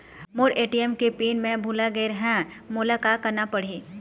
मोर ATM के pin मैं भुला गैर ह, मोला का करना पढ़ही?